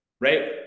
Right